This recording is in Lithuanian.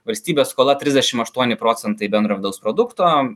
valstybės skola trisdešim aštuoni procentai bendro vidaus produkto